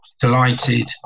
delighted